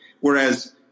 Whereas